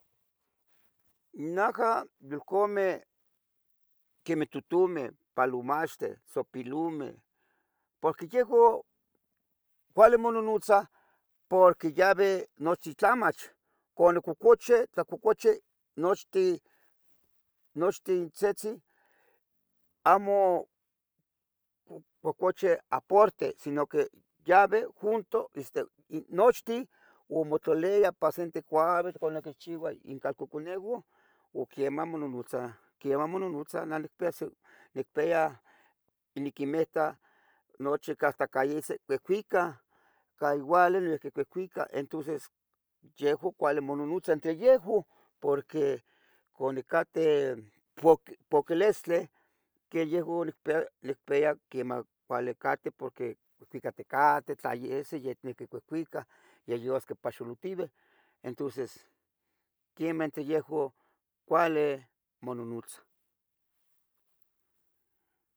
Nican yolcomeh, quemeh totumeh, palomaxten, tzohpilomeh porque yehuan cuali mononotzah poque yaveh nochi tlamach cuando cohcocheh nochtin, nochtintzitzin amo cohcochih aparti sino que yaveh junto nochtin uo motlaliah ipan sete couavitl uo nochihchiua in caconeuah o quieman mononotzah. Nah nicpiya, niquimeta nochi cahcacarise cuicuicah, igual cuicuicah entonces yehuan cuali mononotzah entre yejun porque conicateh paquilistli, qu yehuan quipeyah quemah cuali cateh porque cateh paqueh tlayese ya cuicah porque paxialotiueh, quemah entre yehuan cuali mononotzah.